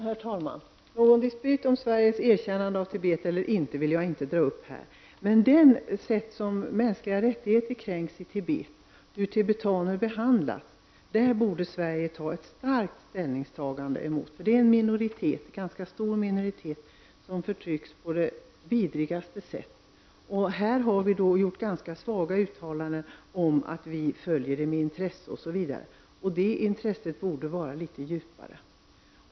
Herr talman! Någon dispyt om Sveriges erkännande av Tibet vill jag inte dra upp här. Men Sverige borde starkt ta ställning mot det sätt på vilket mänskliga rättigheter kränks i Tibet och hur tibetaner behandlas. Det är en minoritet — en ganska stor minoritet — som förtrycks på det vidrigaste sätt. Vi har när det gäller denna fråga gjort ganska svaga uttalanden om att vi följer den med intresse osv. Det intresset borde vara litet djupare.